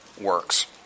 works